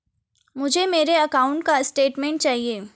मुझे मेरे अकाउंट का स्टेटमेंट चाहिए?